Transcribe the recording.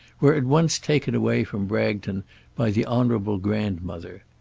were at once taken away from bragton by the honourable grandmother.